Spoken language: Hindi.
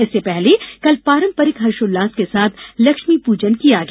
इससे पहले कल पारंपरिक हर्षोल्लास के साथ लक्ष्मीपूजन किया गया